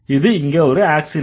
அது இங்க ஒரு ஆக்ஸிலரி